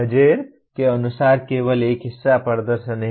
मजेर के अनुसार केवल एक हिस्सा प्रदर्शन है